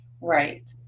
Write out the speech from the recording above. Right